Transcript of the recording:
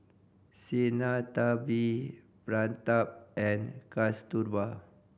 Sinnathamby Pratap and Kasturba